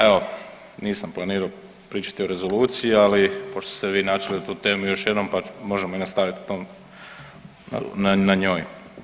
Evo nisam planirao pričati o rezoluciji, ali pošto ste vi načeli tu temu još jednom pa možemo i nastaviti u tom, na njoj.